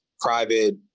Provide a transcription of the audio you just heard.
private